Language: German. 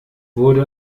wurde